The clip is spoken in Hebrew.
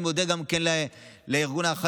אני גם מודה לארגון האחיות,